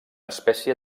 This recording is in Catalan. espècie